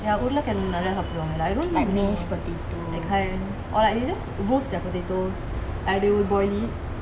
ya உருள கழங்கு நெறய சாப்பிடுவாங்க:urula kazhangu neraya sapduvanga like I mean mashed potatoes that kind or like they just roast their potatoes like they will boil it